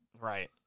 Right